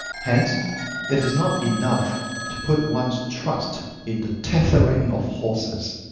hence it is not enough to put one's trust in the tethering of horses,